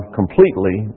completely